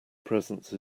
presence